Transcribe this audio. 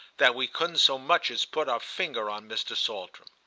that we couldn't so much as put a finger on mr. saltram.